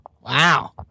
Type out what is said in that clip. Wow